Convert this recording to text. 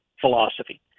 philosophy